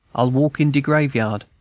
i'll walk in de graveyard,